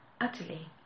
utterly